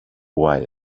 why